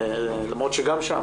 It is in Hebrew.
למרות שגם שם,